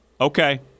Okay